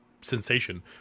sensation